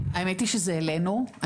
האמת היא שזה אלינו,